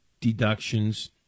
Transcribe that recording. deductions